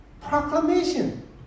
proclamation